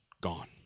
gone